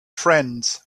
friends